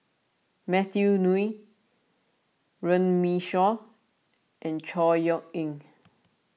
Matthew Ngui Runme Shaw and Chor Yeok Eng